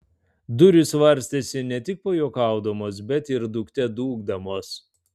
durys varstėsi ne tik pajuokaudamos bet ir dūkte dūkdamos